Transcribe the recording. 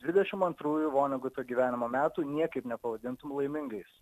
dvidešimt antrųjų voneguto gyvenimo metų niekaip nepavadintum laimingais